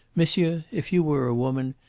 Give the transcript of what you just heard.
monsieur, if you were a woman,